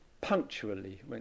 punctually